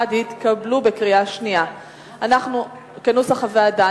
1 התקבלו בקריאה שנייה כנוסח הוועדה.